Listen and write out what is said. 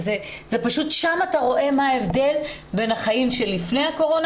פשוט שם אתה רואה מה ההבדל בין החיים של לפני הקורונה,